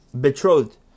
betrothed